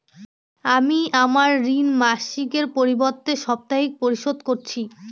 আমি আমার ঋণ মাসিকের পরিবর্তে সাপ্তাহিক পরিশোধ করছি